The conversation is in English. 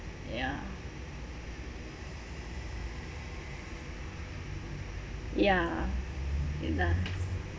ya ya either